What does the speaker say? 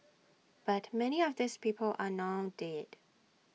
but many of these people are now dead